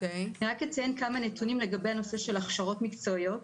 אציין כמה נתונים לגבי הכשרות מקצועיות.